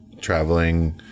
traveling